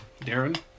Darren